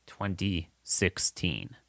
2016